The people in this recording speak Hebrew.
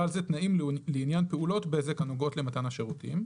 זה תנאים לעניין פעולות בזק הנוגעות למתן השירותים,